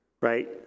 right